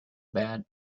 bad